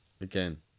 again